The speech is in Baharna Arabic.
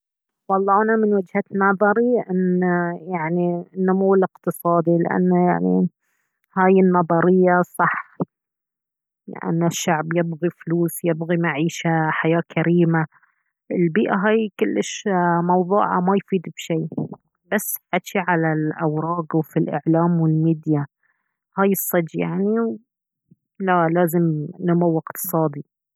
والله أنا من وجهة نظري أن يعني النمو الاقتصادي لأنه يعني هاي النظرية صح لأن الشعب يبي فلوس يبغي معيشة حياة كريمة البيئة هاي كلش موضوعها ما يفيد بشي بس حجي على الأوراق وفي الإعلام والميديا هاي الصدق يعني لا لازم نمو اقتصادي